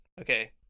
okay